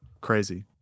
crazy